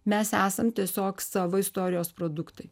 mes esam tiesiog savo istorijos produktai